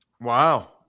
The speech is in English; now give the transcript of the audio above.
Wow